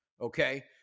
okay